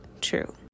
true